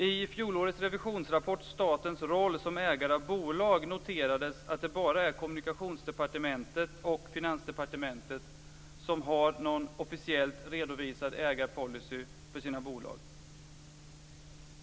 I fjolårets revisionsrapport Statens roll som ägare av bolag noterades att det bara är Kommunikationsdepartementet och Finansdepartementet som har någon officiellt redovisad ägarpolicy för sina bolag.